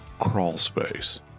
crawlspace